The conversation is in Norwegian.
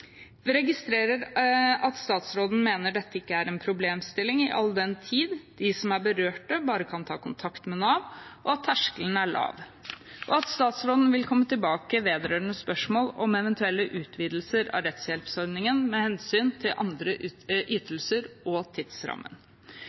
registrerer at statsråden mener at dette ikke er en problemstilling all den tid de som er berørt, bare kan ta kontakt med Nav, og at terskelen er lav, og at statsråden vil komme tilbake vedrørende spørsmål om eventuelle utvidelser av rettshjelpsordningen med hensyn til andre ytelser og tidsrammen.